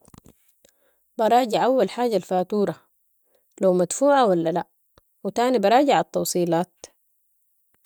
براجع اول حاجة الفاتورة لو مدفوعة ولا لا و تاني براجع التوصيلات.